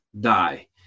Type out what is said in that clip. die